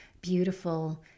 beautiful